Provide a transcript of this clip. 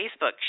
Facebook